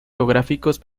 geográficos